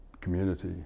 community